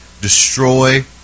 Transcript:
destroy